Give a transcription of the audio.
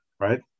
right